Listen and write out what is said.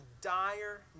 dire